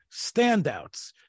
standouts